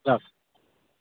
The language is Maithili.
तब